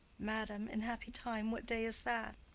madam, in happy time! what day is that?